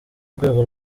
rwego